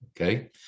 Okay